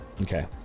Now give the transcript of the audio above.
Okay